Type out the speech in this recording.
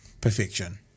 perfection